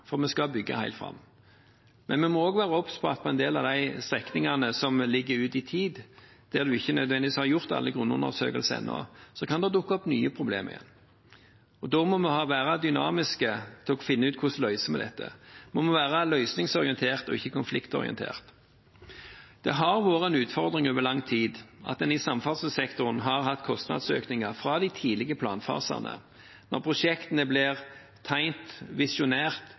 for vi skal bygge helt fram. Men vi må også være obs på at på en del av de strekningene som ligger fram i tid, der en nødvendigvis ikke har gjort alle grunnundersøkelser ennå, kan det igjen dukke opp nye problemer. Da må vi være dynamiske og finne ut hvordan vi skal løse det. Vi må være løsningsorientert og ikke konfliktorientert. Det har vært en utfordring over lang tid at en i samferdselssektoren har hatt kostnadsøkninger fra de tidlige planfasene – når prosjektene blir tegnet, visjonert